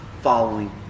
following